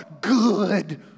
good